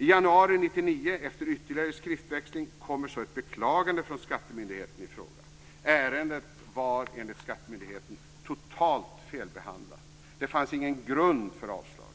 I januari 1999, efter ytterligare skriftväxling, kommer ett beklagande från skattemyndigheten i fråga. Ärendet var enligt skattemyndigheten totalt felbehandlat. Det fanns ingen grund för avslag.